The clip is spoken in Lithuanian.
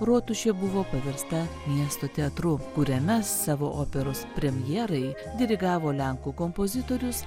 rotušė buvo paversta miesto teatru kuriame savo operos premjerai dirigavo lenkų kompozitorius